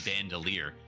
bandolier